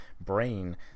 brain